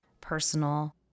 personal